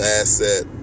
asset